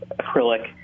acrylic